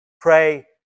Pray